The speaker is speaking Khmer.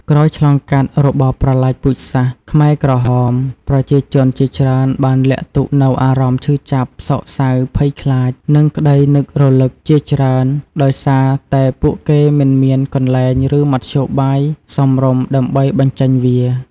ក្រោយឆ្លងកាត់របបប្រល័យពូជសាសន៍ខ្មែរក្រហម ប្រជាជនជាច្រើនបានលាក់ទុកនូវអារម្មណ៍ ឈឺចាប់ សោកសៅ ភ័យខ្លាច និងក្តីនឹករលឹក ជាច្រើន ដោយសារតែពួកគេមិនមានកន្លែង ឬមធ្យោបាយសមរម្យដើម្បីបញ្ចេញវា។